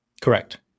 Correct